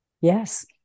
Yes